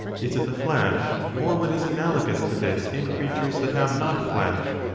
is it the flesh or what is analogous to this in creatures that have not flesh?